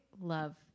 love